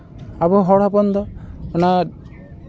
ᱟᱵᱚ ᱦᱚᱲ ᱦᱚᱯᱚᱱ ᱫᱚ ᱚᱱᱟ